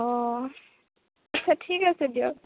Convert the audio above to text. অঁ ঠিক আছে দিয়ক